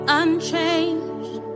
unchanged